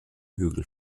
hügel